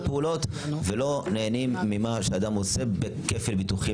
הפעולות ולא נהנים ממה שאדם עושה בכפל ביטוחי,